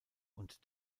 und